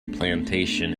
plantation